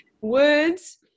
words